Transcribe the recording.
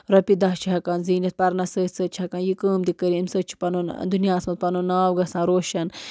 رۄپیہِ دَہ چھِ ہٮ۪کان زیٖنِتھ پَرنَس سۭتۍ سۭتۍ چھِ ہٮ۪کان یہِ کٲم تہِ کٔرِتھ اَمہِ سۭتۍ چھِ پَنُن دُنیاہَس منٛز پَنُن ناو گژھان روشَن